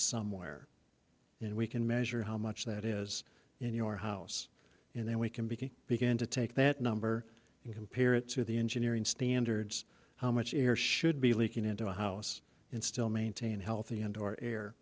somewhere and we can measure how much that is in your house and then we can be begin to take that number and compare it to the engineering standards how much air should be leaking into a house and still maintain healthy indoor air